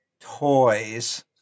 toys